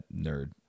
nerd